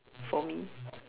for me